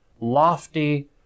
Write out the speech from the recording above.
lofty